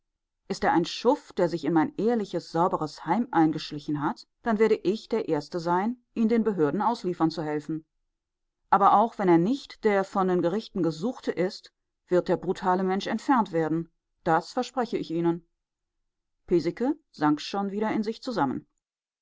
ist er ein schuft der sich in mein ehrliches sauberes heim eingeschlichen hat dann werde ich der erste sein ihn den behörden ausliefern zu helfen aber auch wenn er nicht der von den gerichten gesuchte ist wird der brutale mensch entfernt werden das verspreche ich ihnen piesecke sank schon wieder in sich zusammen